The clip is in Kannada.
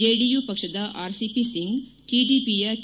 ಜೆಡಿಯು ಪಕ್ಷದ ಆರ್ ಸಿ ಪಿ ಸಿಂಗ್ ಟಿಡಿಪಿಯ ಕೆ